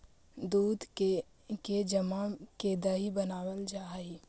दूध के जमा के दही बनाबल जा हई